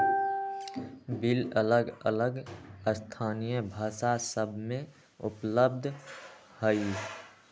bill अलग अलग स्थानीय भाषा सभ में उपलब्ध हइ